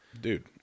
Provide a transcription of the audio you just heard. Dude